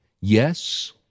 yes